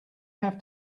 have